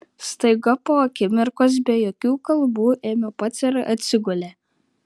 staiga po akimirkos be jokių kalbų ėmė pats ir atsigulė